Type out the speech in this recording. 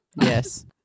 Yes